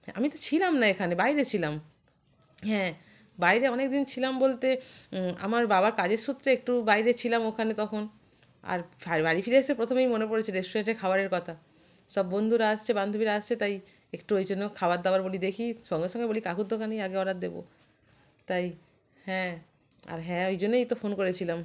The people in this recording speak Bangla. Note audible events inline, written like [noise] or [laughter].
হ্যাঁ আমি তো ছিলাম না এখানে বাইরে ছিলাম হ্যাঁ বাইরে অনেক দিন ছিলাম বলতে আমার বাবার কাজের সূত্রে একটু বাইরে ছিলাম ওখানে তখন আর [unintelligible] বাড়ি ফিরে এসে প্রথমেই মনে পড়েছে রেস্টুরেন্টের খাবারের কথা সব বন্ধুরা আসছে বান্ধবীরা আসছে তাই একটু ওই জন্য খাবার দাবার বলি দেখি সঙ্গে সঙ্গে বলি কাকুর দোকানেই আগে অর্ডার দেব তাই হ্যাঁ আর হ্যাঁ ওই জন্যই তো ফোন করেছিলাম